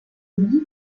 lie